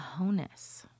Honus